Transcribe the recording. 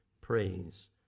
praise